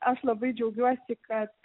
aš labai džiaugiuosi kad